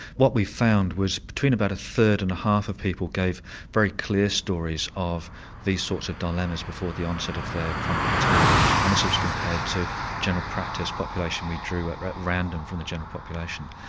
what we found was between about a third and a half of people gave very clear stories of these sorts of dilemmas before the onset of their chronic fatigue and this was compared to general practice population we drew at random from the general population.